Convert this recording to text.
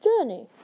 journey